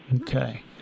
Okay